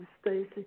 Stacy